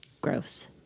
gross